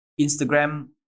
Instagram